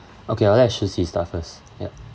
okay I'll let shi qi start first ya